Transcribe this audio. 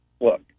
look